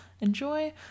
enjoy